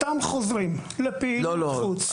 יש לנו את אותם חוזרים לפעילות חוץ --- לא,